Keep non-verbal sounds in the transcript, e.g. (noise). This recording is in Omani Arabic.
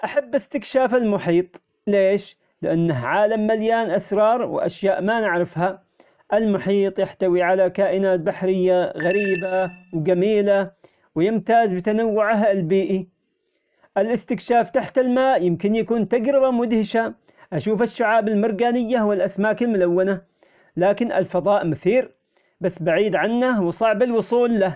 أحب إستكشاف المحيط، ليش؟ لأنه عالم مليان أسرار وأشياء ما نعرفها. المحيط يحتوي على كائنات بحرية (noise) غريبة جميلة، ويمتاز بتنوعه البيئي. الإستكشاف تحت الماء يمكن يكون تجربة مدهشة، أشوف الشعب المرجانية والأسماك الملونة. لكن الفضاء مثير بس بعيد عنا وصعب الوصول له.